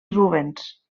rubens